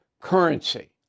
currency